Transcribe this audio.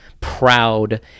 proud